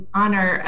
honor